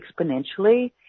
exponentially